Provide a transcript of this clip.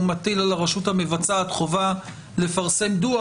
הוא מטיל על הרשות המבצעת חובה לפרסם דוח,